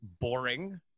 boring